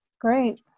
Great